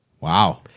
Wow